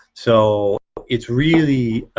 so it's really